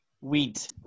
Wheat